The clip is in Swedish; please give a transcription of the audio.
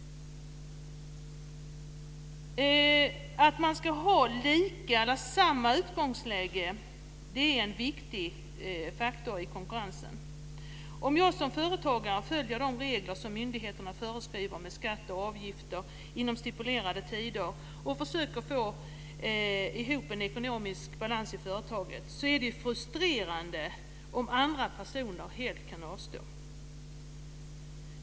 Att man ska ha samma utgångsläge är en viktig faktor i konkurrensen. Om jag som företagare följer de regler som myndigheterna föreskriver när det gäller skatt och avgifter inom stipulerade tider och försöker få ihop en ekonomisk balans i företaget är det ju frustrerande om andra personer helt kan avstå.